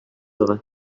vrai